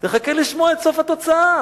וחכה לשמוע את סוף התוצאה.